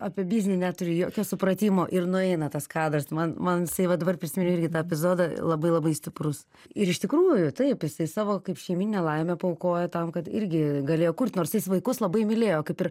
apie biznį neturiu jokio supratimo ir nueina tas kadras man man jisai va dabar prisiminiau irgi tą epizodą labai labai stiprus ir iš tikrųjų taip jisai savo kaip šeimyninę laimę paaukojo tam kad irgi galėjo kurt nors jis vaikus labai mylėjo kaip ir